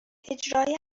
اجرای